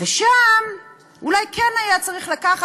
ושם אולי כן היה צריך לקחת,